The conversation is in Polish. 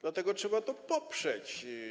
Dlatego trzeba to poprzeć.